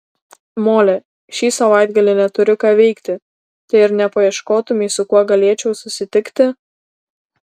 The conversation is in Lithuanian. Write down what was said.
mole šį savaitgalį neturiu ką veikti tai ar nepaieškotumei su kuo galėčiau susitikti